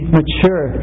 mature